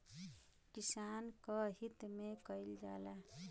किसान क हित में कईल जाला